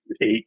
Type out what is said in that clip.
eight